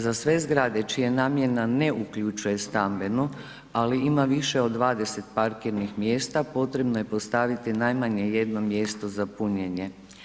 Za sve zgrade čija namjena ne uključuje stambeno, ali ima više od 20 parkirnih mjesta, potrebno je postaviti najmanje jedno mjesto za punjenje.